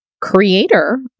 creator